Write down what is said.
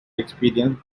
experience